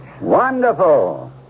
Wonderful